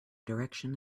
direction